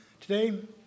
today